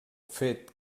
fet